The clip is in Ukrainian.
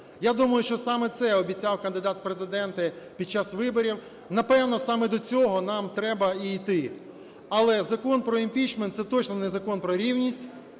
Я думаю, що саме це обіцяв кандидат в Президенти під час виборів, напевно, саме до цього нам треба і йти. Але Закон про імпічмент – це точно не закон про рівність,